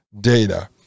data